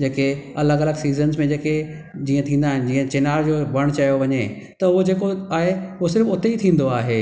जेके अलॻि अलॻि सीज़न्स में जेके जीअं थींदा आहिनि जीअं चेनार जो वणु चयो वञे त उहो जेको आहे उहो सिर्फ़ु उते ई थींदो आहे